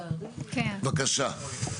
בבקשה.